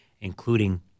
including